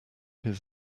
his